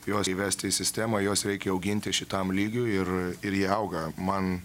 juos įvesti į sistemą juos reikia auginti šitam lygiui ir ir jie auga man